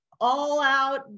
all-out